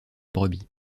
brebis